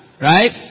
right